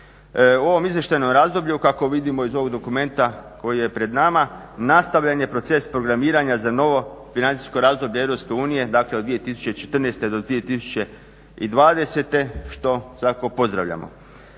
U ovom izvještajnom razdoblju kako vidimo iz ovog dokumenta koji je pred nama nastavljen je proces programiranja za novo financijsko razdoblje EU dakle od 2014.do 2020.što svakako pozdravljamo.